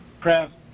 craft